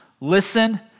listen